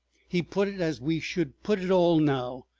he put it as we should put it all now,